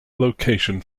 location